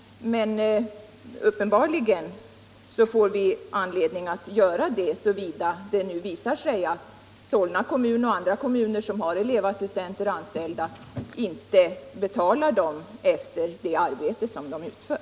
Men uppenbarligen får vi anledning att göra det, om det nu visar sig att Solna kommun och andra kommuner, som har elevassistenter anställda, inte betalar dem efter det arbete som de utför.